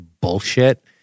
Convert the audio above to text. bullshit